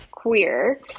queer